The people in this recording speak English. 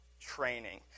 training